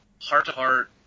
heart-to-heart